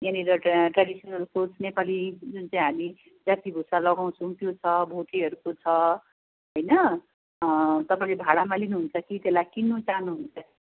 यहाँनिर traditional clothes Nepali जुन चाहिँ हामी जातीय वेशभुषा लगाउछौँ त्यो छ भोटेहरूको छ होइन तपाईँले भाडामा लिनुहुन्छ कि त्यसलाई किन्नु चाहनु हुन्छ